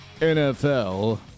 NFL